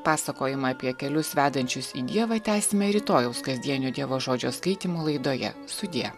pasakojimą apie kelius vedančius į dievą tęsime rytojaus kasdienio dievo žodžio skaitymo laidoje sudie